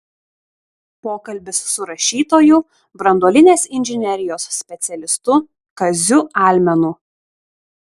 pokalbis su rašytoju branduolinės inžinerijos specialistu kaziu almenu